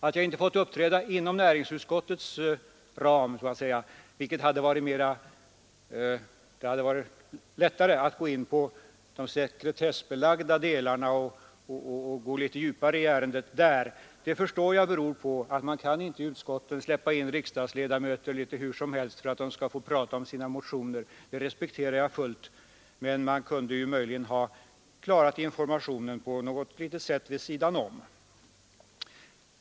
Att jag inte fått uppträda inom näringsutskottets ram, där det hade varit lättare att gå in på de sekretessbelagda delarna och tränga litet djupare in i ärendet, förstår jag beror på att man i utskott inte kan släppa in riksdagsledamöter litet hur som helst för att de skall få tillfälle att prata om sina motioner. Detta respekterar jag fullt ut, men man kunde ju möjligen ha klarat informationen på något annat sätt vid sidan om.